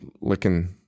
licking